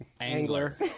Angler